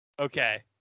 Okay